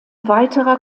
weiterer